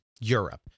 Europe